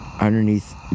underneath